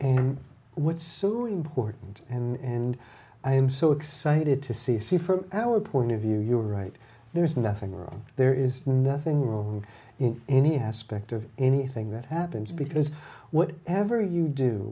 and what's important and i am so excited to see see from our point of view you are right there's nothing wrong there is nothing wrong in any aspect of anything that happens because whatever you do